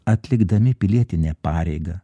atlikdami pilietinę pareigą